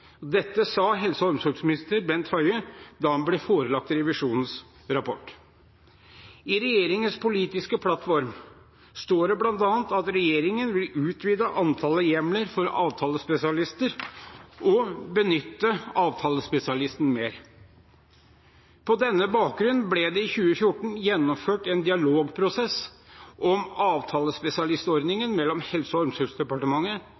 Dette sa helse- og omsorgsminister Bent Høie da han ble forelagt Riksrevisjonens rapport. I regjeringens politiske plattform står det bl.a. at regjeringen vil utvide antallet hjemler for avtalespesialister og benytte avtalespesialister mer. På denne bakgrunn ble det i 2014 gjennomført en dialogprosess om avtalespesialistordningen mellom Helse- og omsorgsdepartementet,